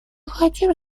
хотим